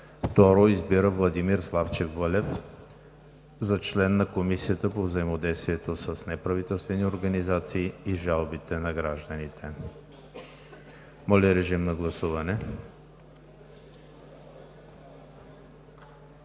2. Избира Владимир Славчев Вълев за член на Комисията по взаимодействието с неправителствените организации и жалбите на гражданите.“ Моля, режим на гласуване.